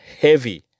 heavy